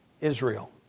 Israel